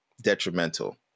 detrimental